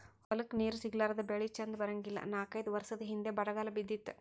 ಹೊಲಕ್ಕ ನೇರ ಸಿಗಲಾರದ ಬೆಳಿ ಚಂದ ಬರಂಗಿಲ್ಲಾ ನಾಕೈದ ವರಸದ ಹಿಂದ ಬರಗಾಲ ಬಿದ್ದಿತ್ತ